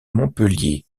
montpellier